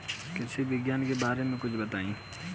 कृषि विज्ञान के बारे में कुछ बताई